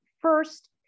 First